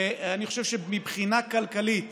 אבל אני חושב שמבחינה כלכלית